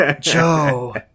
Joe